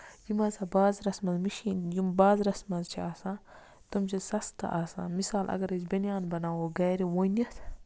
یِم ہسا بازرَس منٛز مِشیٖن یِم بازرَس منٛز چھِ آسان تٔمۍ چھِ سَستہٕ آسان مِثال اَگر أسۍ بٔنیان بَناوو گرِ ووٗنِتھ